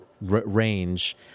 range